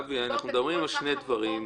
גבי, אנחנו מדברים על שני דברים.